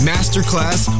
Masterclass